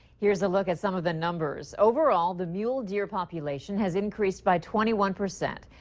here is a look at some of the numbers overall the mule deer population has increased by twenty one percent.